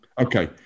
Okay